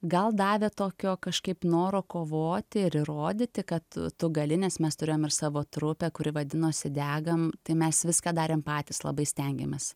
gal davė tokio kažkaip noro kovoti ir įrodyti kad tu gali nes mes turėjom ir savo trupę kuri vadinosi degam tai mes viską darėm patys labai stengėmės